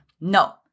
No